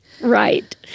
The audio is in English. Right